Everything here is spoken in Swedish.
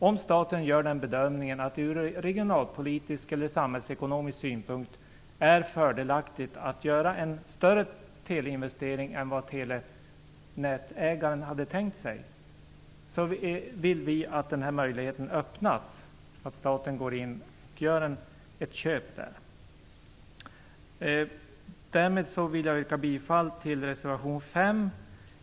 Om staten gör bedömningen att det ur regionalpolitisk eller samhällsekonomisk synpunkt är fördelaktigt att göra en större teleinvestering än vad telenätsägaren hade tänkt sig, vill vi att möjligheten för staten att gå in och göra ett köp öppnas. Därmed vill jag yrka bifall till reservation 5.